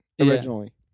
originally